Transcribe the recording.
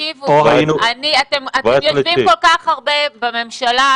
אתם יושבים כל כך הרבה בממשלה,